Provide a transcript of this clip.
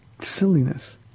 silliness